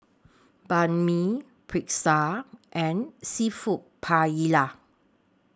Banh MI Pretzel and Seafood Paella